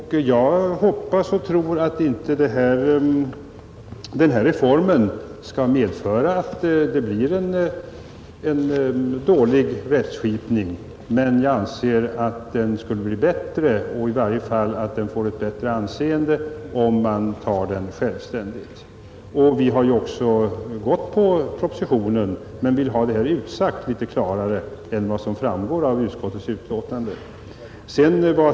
Jag hoppas och tror att den här reformen inte skall medföra en dålig rättskipning, men jag anser att den skulle bli bättre — och i varje fall få ett bättre anseende — om man mera tillgodosåg självständigheten. Vi har också följt propositionen men vill ha detta utsagt klarare än vad som framgår av utskottets utlåtande.